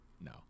No